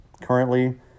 currently